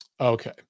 Okay